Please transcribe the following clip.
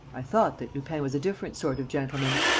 i thought that lupin was a different sort of gentleman.